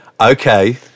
Okay